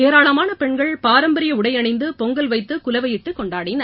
ஏராளமான பெண்கள் பாரம்பரிய உடை அணிந்து பொங்கல் வைத்து குலவையிட்டு கொண்டாடினர்